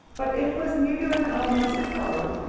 but it was neither in elinor's power,